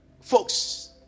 folks